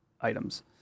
items